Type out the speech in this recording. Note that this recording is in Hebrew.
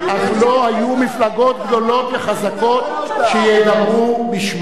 אך לא היו מפלגות גדולות וחזקות שידברו בשמן.